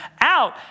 out